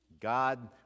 God